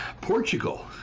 Portugal